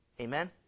Amen